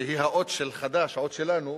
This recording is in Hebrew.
שהיא האות של חד"ש, האות שלנו,